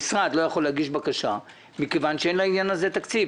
המשרד לא יכול להגיש בקשה מכיוון שאין לעניין הזה תקציב.